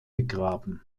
begraben